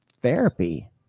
therapy